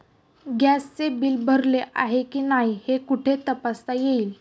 गॅसचे बिल भरले आहे की नाही हे कुठे तपासता येईल?